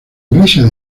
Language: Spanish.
iglesia